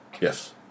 Yes